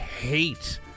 hate